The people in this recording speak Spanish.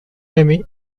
emmy